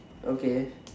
okay